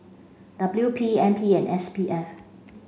W P N P and S P F